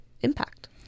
impact